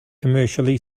commercially